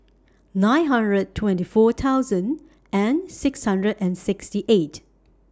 nine hundred twenty four thousand and six hundred and sixty eight